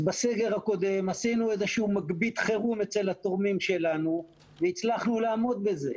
בסגר הקודם עשינו מגבית חירום אצל התורמים שלנו והצלחנו לעמוד בזה.